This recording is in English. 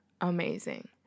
amazing